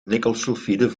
nikkelsulfide